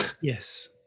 yes